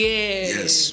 Yes